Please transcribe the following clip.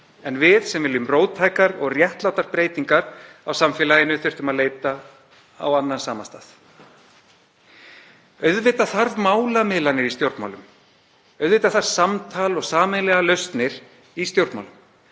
en við sem viljum róttækar og réttlátar breytingar á samfélaginu þurftum að leita á annan samastað. Auðvitað þarf málamiðlanir í stjórnmálum. Auðvitað þarf samtal og sameiginlegar lausnir í stjórnmálum